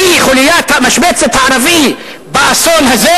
משבצת "הערבי" באסון הזה